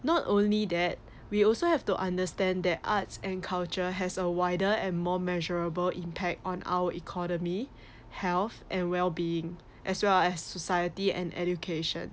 not only that we also have to understand that arts and culture has a wider and more measurable impact on our economy health and wellbeing as well as society and education